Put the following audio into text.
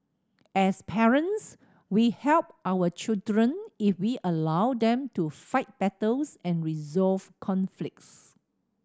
as parents we help our children if we allow them to fight battles and resolve conflicts